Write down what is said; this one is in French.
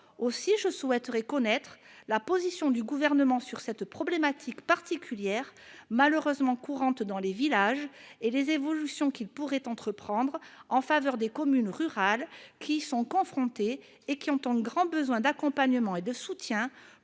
Aussi, je souhaiterais connaître la position du Gouvernement sur cette problématique particulière, malheureusement courante dans les villages, et les évolutions qu'il pourrait entreprendre en faveur des communes rurales qui y sont confrontées et qui ont grand besoin d'accompagnement et de soutien,